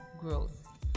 growth